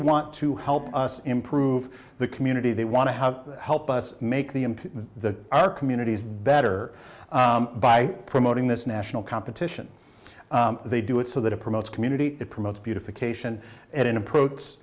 want to help us improve the community they want to have help us make the the our communities better by promoting this national competition they do it so that it promotes community it promotes beautification it an approach